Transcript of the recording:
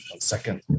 second